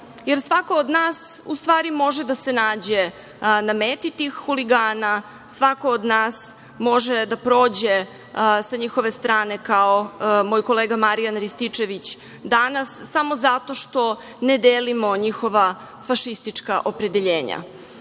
jer svako od nas ustvari može da se nađe na meti tih huligana, svako od nas može da prođe sa njihove strane kao moj kolega Marijan Rističević danas, samo zato što ne delimo njihova fašistička opredeljenja. Javnost